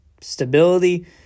stability